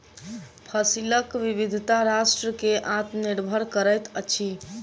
फसिलक विविधता राष्ट्र के आत्मनिर्भर करैत अछि